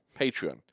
Patreon